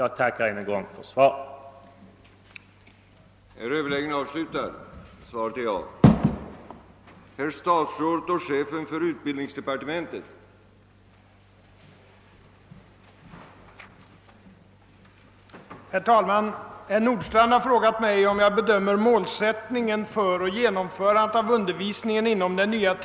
Jag tackar än en gång för svaret på min fråga.